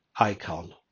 icon